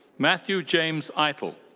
matthew james eitel.